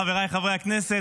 חבריי חברי הכנסת,